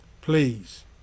please